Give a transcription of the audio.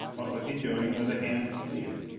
what was he doing with a hand helio?